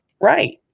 Right